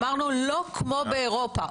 אמרנו: לא כמו באירופה.